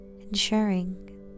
ensuring